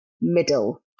middle